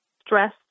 stress